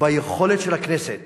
ביכולת של הכנסת